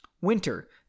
Winter